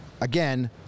Again